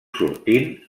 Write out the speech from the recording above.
sortint